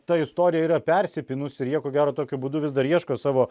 ta istorija yra persipynusi ir jie ko gero tokiu būdu vis dar ieško savo